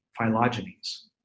phylogenies